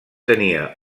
tenia